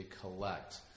collect